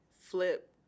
flip